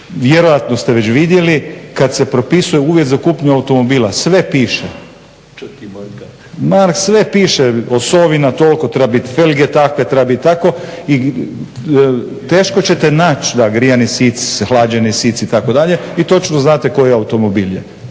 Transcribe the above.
vjerojatno ste već vidjeli kad se propisuje uvjet za kupnju automobila. Sve piše, ma sve piše, osovina toliko treba biti, felge tako trebaju biti, teško ćete naći, da grijani sic, hlađeni sic itd. i točno znate koji automobil je.